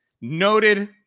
noted